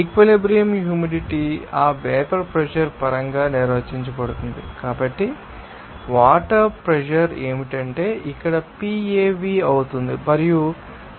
equilibrium humidity ఆ vapour pressure పరంగా నిర్వచించబడుతుంది కాబట్టి వాటర్ వేపర్ ప్రెషర్ ఏమిటంటే ఇక్కడ PAv అవుతుంది మరియు మిగిలినది P PAv